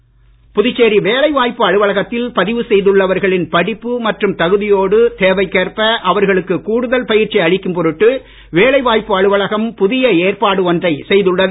தொழிலாளர் துறை வாய்ப்பு அலுவலகத்தில் புதுச்சேரி வேலை பதிவ செய்துள்ளவர்களின் படிப்பு மற்றும் தகுதியோடு தேவைக்கேற்ப அவர்களுக்கு கூடுதல் பயிற்சி அளிக்கும் பொருட்டு வேலை வாய்ப்பு அலுவலகம் புதிய ஏற்பாடு ஒன்றை செய்துள்ளது